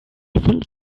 think